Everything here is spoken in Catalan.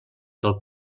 del